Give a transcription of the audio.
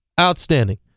outstanding